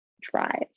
drive